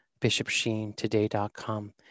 bishopsheentoday.com